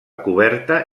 coberta